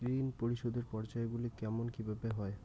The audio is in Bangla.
ঋণ পরিশোধের পর্যায়গুলি কেমন কিভাবে হয়?